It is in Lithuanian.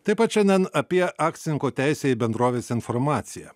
taip pat šiandien apie akcininko teisę į bendrovės informaciją